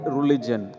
religion